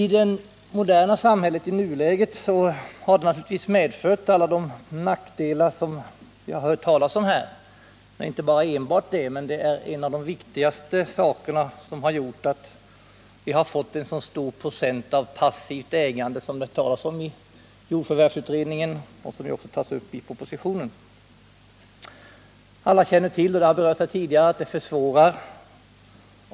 I det moderna samhället har denna koppling medfört alla de nackdelar som vi har hört talas om här. Det är naturligtvis inte enbart beroende på denna koppling, men den är en av de viktigaste orsakerna till att vi har fått en så stor procent av passivt ägande som det talas om i jordförvärvsutredningens delbetänkande och i propositionen.